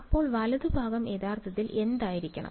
അപ്പോൾ വലതുഭാഗം യഥാർത്ഥത്തിൽ എന്തായിരിക്കണം